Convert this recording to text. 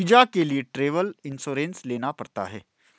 visa के लिए travel insurance लेना पड़ता है